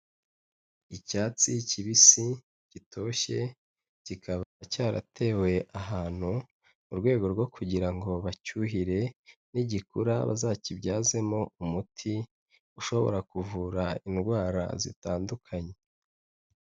Icyatsi kibisi gitoshye kikaba cyaratewe ahantu mu rwego rwo kugira ngo bacyuhire nigikura bazakibyazemo umuti ushobora kuvura indwara zitandukanye.